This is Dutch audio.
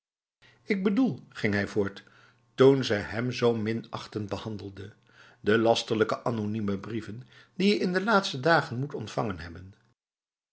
ik bedoel ging hij voort toen ze hem zo minachtend behandelde de lasterlijke anonieme brieven die je in de laatste dagen moet ontvangen hebben